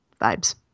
vibes